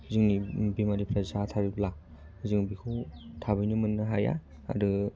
जोंनि बेमारिफ्रा जाथारोब्ला जों बेखौ थाबैनो मोननो हाया आरो